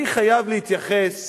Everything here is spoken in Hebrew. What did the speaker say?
אני חייב להתייחס